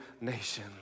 nation